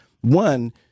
one